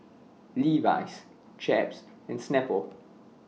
Levi's Chaps and Snapple